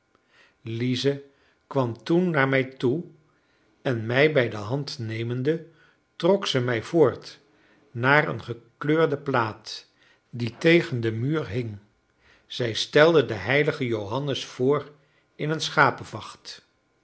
lize kwam toen naar mij toe en mij bij de hand nemende trok zij mij voort naar een gekleurde plaat die tegen den muur hing zij stelde den heiligen johannes voor in een schapevacht